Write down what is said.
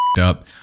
up